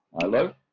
Hello